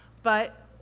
but.